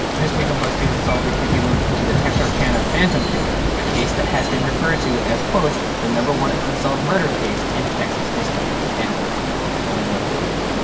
this week on buzzfeed unsolved, we take a look into the texarkana phantom killer. a case that has been referred to as, quote, the number one unsolved murder case in texas history end quote. number one baby.